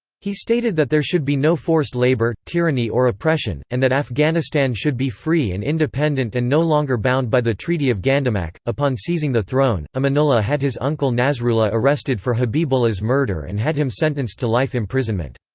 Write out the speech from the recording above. he stated that there should be no forced labour, tyranny or oppression, and that afghanistan should be free and independent and no longer bound by the treaty of gandamak upon seizing the throne, amanullah had his uncle nasrullah arrested for habibullah's murder and had him sentenced to life imprisonment.